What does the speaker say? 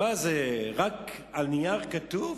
רק על נייר כתוב?